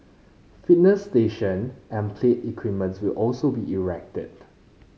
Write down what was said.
fitness station and play equipments will also be erected